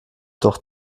doch